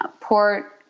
port